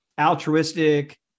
altruistic